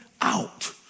out